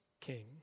king